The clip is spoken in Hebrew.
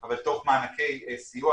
אבל תוך מענקי סיוע